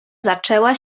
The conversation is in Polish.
zaczęła